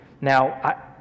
Now